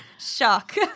Shock